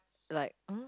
like !huh!